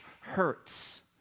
hurts